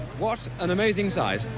what an amazing sight.